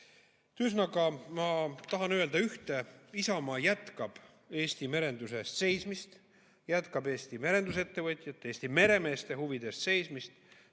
Ühesõnaga, ma tahan öelda ühte. Isamaa jätkab Eesti merenduse eest seismist, jätkab Eesti merendusettevõtjate, Eesti meremeeste huvide eest seismist.